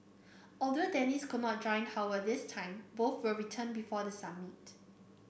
although Dennis could not join Howard this time both will return before the summit